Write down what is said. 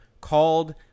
called